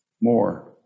more